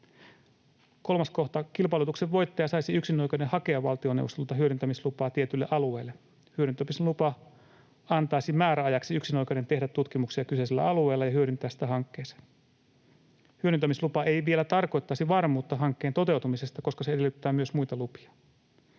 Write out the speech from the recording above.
Kolmas kohta: Kilpailutuksen voittaja saisi yksinoikeuden hakea valtioneuvostolta hyödyntämislupaa tietylle alueelle. Hyödyntämislupa antaisi määräajaksi yksinoikeuden tehdä tutkimuksia kyseisellä alueella ja hyödyntää sitä hankkeeseen. Hyödyntämislupa ei vielä tarkoittaisi varmuutta hankkeen toteutumisesta, koska se edellyttää myös muita lupia.